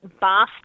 bath